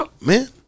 man